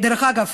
דרך אגב,